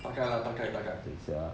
okay lah 大概大概